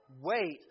Wait